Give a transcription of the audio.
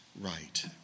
right